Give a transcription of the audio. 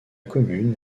commune